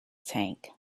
tank